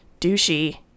douchey